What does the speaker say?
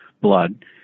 blood